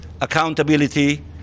accountability